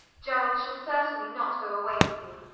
gerald shall certainly not go away with you.